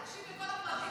תקשיב לכל הפרטים.